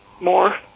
more